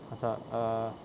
macam err